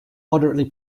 moderately